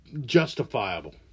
justifiable